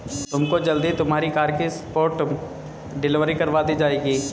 तुमको जल्द ही तुम्हारी कार की स्पॉट डिलीवरी करवा दी जाएगी